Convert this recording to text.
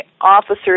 officer's